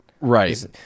Right